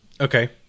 Okay